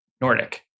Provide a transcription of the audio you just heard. Nordic